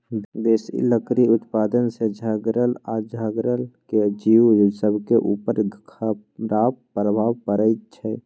बेशी लकड़ी उत्पादन से जङगल आऽ जङ्गल के जिउ सभके उपर खड़ाप प्रभाव पड़इ छै